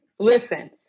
Listen